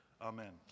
Amen